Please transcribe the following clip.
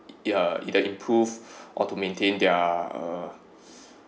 uh either improve or to maintain their uh